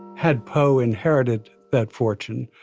had poe inherited that fortune.